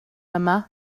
yma